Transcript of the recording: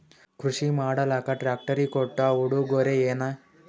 ಕೃಷಿ ಮಾಡಲಾಕ ಟ್ರಾಕ್ಟರಿ ಕೊಟ್ಟ ಉಡುಗೊರೆಯೇನ?